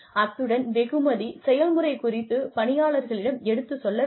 அத்துடன் வெகுமதி செயல்முறை குறித்து பணியாளர்களிடம் எடுத்துச் சொல்ல வேண்டும்